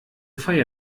feier